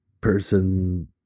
person